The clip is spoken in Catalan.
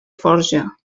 forja